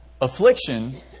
Affliction